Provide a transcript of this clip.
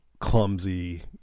clumsy